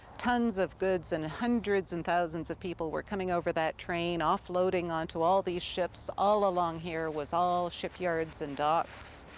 tons of goods and hundreds and thousands of people were coming over that train, offloading on to all these ships. all along here was all shipyards and docks,